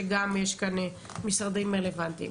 שגם יש כאן משרדים רלוונטיים.